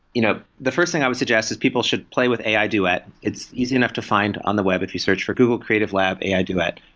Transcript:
you know the first thing i would suggest is people should play with ai duet. it's easy enough to find on the web if you search for google creative lab ai duet.